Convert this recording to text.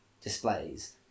displays